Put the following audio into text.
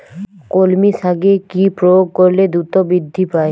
কলমি শাকে কি প্রয়োগ করলে দ্রুত বৃদ্ধি পায়?